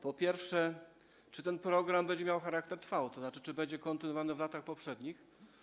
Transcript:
Po pierwsze, czy ten program będzie miał charakter trwały, to znaczy czy będzie kontynuowany w następnych latach?